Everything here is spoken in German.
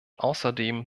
außerdem